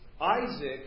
Isaac